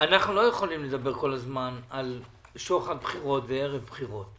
אנחנו לא יכולים לדבר כל הזמן על שוחד בחירות בערב בחירות.